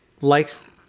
likes